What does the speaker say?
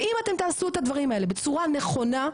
ואם אתם תעשו את הדברים האלה בצורה נכונה,